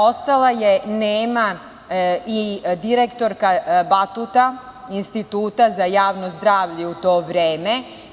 Ostala je nema i direktorka „Batuta“ instituta za javno zdravlje u to vreme.